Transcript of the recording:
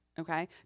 okay